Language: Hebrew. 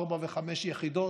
ארבע וחמש יחידות,